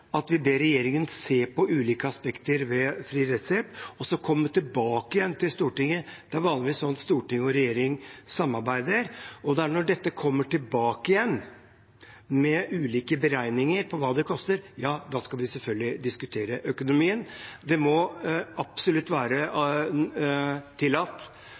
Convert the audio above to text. at vi ber regjeringen se på ulike aspekter ved fri rettshjelp og så komme tilbake igjen til Stortinget – det er vanligvis sånn storting og regjering samarbeider – og når dette kommer tilbake igjen med ulike beregninger på hva det koster, ja, da skal vi selvfølgelig diskutere økonomien. Det må absolutt være